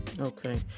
okay